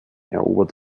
erobert